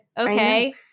Okay